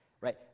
Right